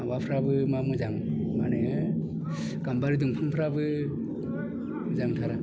माबाफ्राबो मोजां माने गाम्बारि दंफांफ्राबो मोजांथार